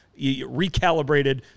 recalibrated